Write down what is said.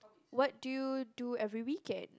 what do you do every weekend